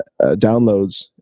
downloads